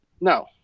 No